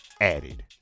added